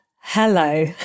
Hello